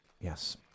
Yes